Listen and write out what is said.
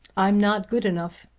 i'm not good enough,